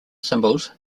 symbols